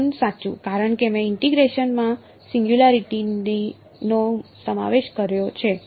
1 સાચું કારણ કે મેં ઇન્ટીગ્રેશન માં સિંગયુંલારીટી નો સમાવેશ કર્યો છે